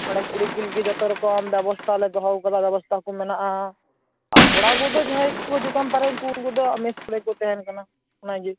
ᱱᱚᱰᱮ ᱠᱩᱲᱤᱠᱚ ᱞᱟᱹᱜᱤᱫ ᱡᱚᱛᱚ ᱨᱚᱠᱚᱢ ᱵᱮᱵᱚᱥᱛᱷᱟᱞᱮ ᱫᱚᱦᱚ ᱟᱠᱟᱫᱟ ᱵᱮᱵᱚᱥᱛᱷᱟ ᱠᱚ ᱢᱮᱱᱟᱜᱼᱟ ᱟᱨ ᱠᱚᱲᱟ ᱠᱚᱫᱚ ᱡᱟᱦᱟᱸᱭ ᱠᱚᱠᱚ ᱦᱤᱡᱩᱜ ᱠᱟᱱᱟ ᱵᱟᱦᱚᱨᱮ ᱠᱷᱚᱱ ᱩᱱᱠᱩ ᱫᱚ ᱢᱮᱥ ᱠᱚᱨᱮᱠᱚ ᱛᱟᱦᱮᱱ ᱠᱟᱱᱟ ᱚᱱᱟᱜᱮ